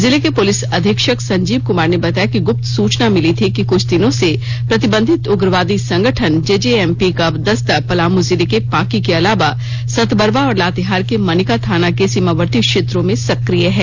जिले के पुलिस अधीक्षक संजीव कुमार ने बताया कि गुप्त सूचना मिली थी कि कृछ दिनों से प्रतिबंधित उग्रवादी संगठन जेजेएमपी का दस्ता पलामू जिले के पांकी के अलावा सतबरवा और लातेहार के मनिका थाना के सीमावर्ती क्षेत्रों में सक्रिय है